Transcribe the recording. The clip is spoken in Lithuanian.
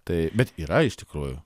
taip bet yra iš tikrųjų